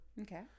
Okay